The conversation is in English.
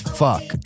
fuck